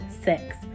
six